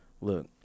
look